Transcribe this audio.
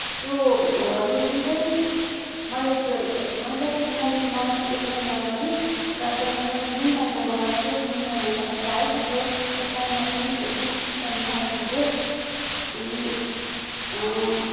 त्यो यो जुन चाहिँ मैले त्यो मैले ज्याकेट मैले मगाएको एक महिना अगाडि र जस मैले जुन टाइममा मगाएको थिएँ मलाई जुन टाइममा चाहिएको थियो त्यो टाइममा पनि एकदम ठिक टाइममा आइपुग्यो अनि